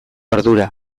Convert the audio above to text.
ardura